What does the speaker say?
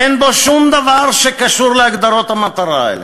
אין בו שום דבר שקשור להגדרות המטרה האלה,